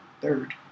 third